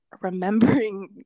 remembering